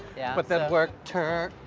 yeah but they'd work turk,